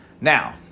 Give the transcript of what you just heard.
Now